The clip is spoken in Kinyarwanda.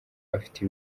afite